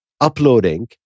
uploading